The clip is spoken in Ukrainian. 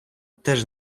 теж